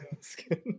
skin